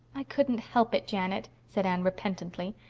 i couldn't help it, janet, said anne repentantly.